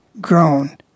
grown